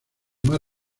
más